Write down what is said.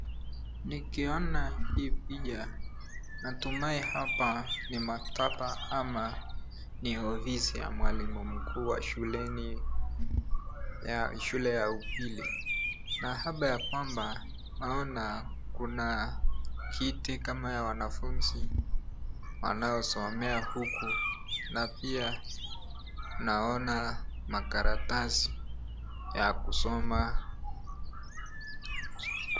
Nikiona hii picha, natumai hapa ni maktaba ama ni ofisi ya mwalimu mkuu wa shuleni, shule ya upili. Naapa ya kwamba naona kuna kiti kama ya wanafunzi wanaosomea huku na pia naona makaratasi ya kusoma.